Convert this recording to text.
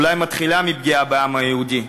אולי מתחילה מפגיעה בעם היהודי,